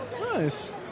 Nice